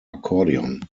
accordion